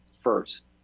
first